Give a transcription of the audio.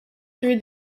through